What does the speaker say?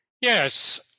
Yes